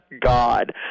God